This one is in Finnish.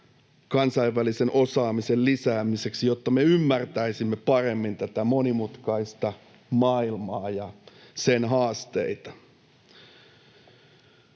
kansainvälisen osaamisen lisäämiseksi, jotta me ymmärtäisimme paremmin tätä monimutkaista maailmaa ja sen haasteita.